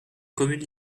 communes